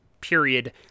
period